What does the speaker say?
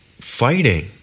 fighting